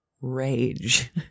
rage